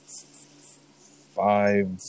five